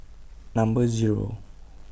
Number Zero